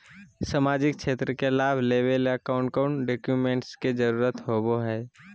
सामाजिक क्षेत्र के लाभ लेबे ला कौन कौन डाक्यूमेंट्स के जरुरत होबो होई?